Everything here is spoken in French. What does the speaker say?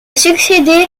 succédé